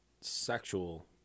Sexual